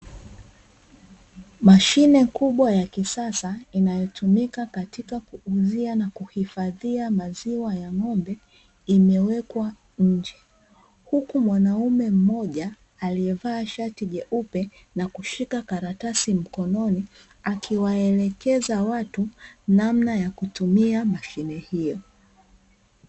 Mashine kubwa ya kisasa inayotumika katika kuuzia na kuhifadhia maziwa ya ng'ombe imewekwa nje, huku mwanaume mmoja aliyeva shati jeupe na kushika karatasi mkononi akiwaelekeza watu namna ya kutumia mashine hiyo.